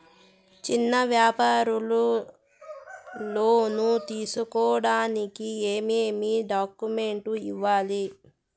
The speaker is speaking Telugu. చిన్న వ్యాపారులు లోను తీసుకోడానికి ఏమేమి డాక్యుమెంట్లు ఇవ్వాలి?